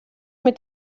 mit